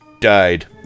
died